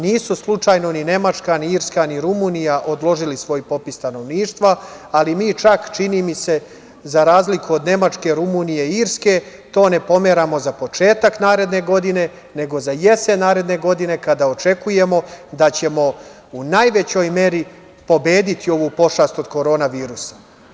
Nisu slučajno ni Nemačka ni Irska ni Rumunija odložili svoj popis stanovništva, ali mi čak, čini mi se, za razliku od Nemačke, Rumunije, Irske to ne pomeramo za početak naredne godine, nego za jesen naredne godine kada očekujemo da ćemo u najvećoj meri pobediti ovu pošast od korona virusa.